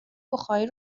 بخاری